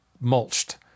mulched